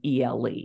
ELE